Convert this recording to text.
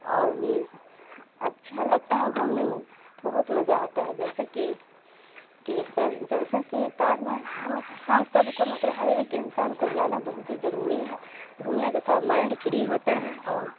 اور بھی اچھا لگتا ہے گھومنے میں بہت مزہ آتا ہے جیسے کہ کہ جیسے کہ تاج محل ہم ہم سب کو مطلب ہر ایک انسان کو جانا بہت ہی ضروری ہے گھومنے سے تھوڑا مائنڈ فری ہوتا ہے اور